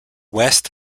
west